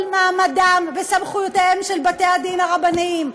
מעמדם וסמכויותיהם של בתי-הדין הרבניים.